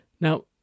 Now